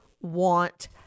want